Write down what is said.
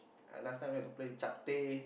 I last time like to play Chapteh